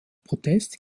protest